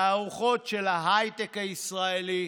תערוכות של ההייטק הישראלי,